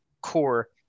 core